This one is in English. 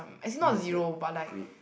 what is like create